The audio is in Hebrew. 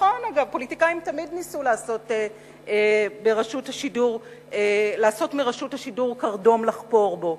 ואכן פוליטיקאים מסוימים תמיד ניסו לעשות מרשות השידור קרדום לחפור בו.